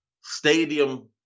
Stadium